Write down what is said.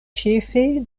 ĉefe